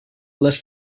les